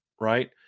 right